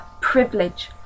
privilege